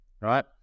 right